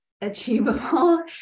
achievable